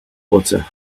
butter